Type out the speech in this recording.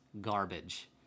garbage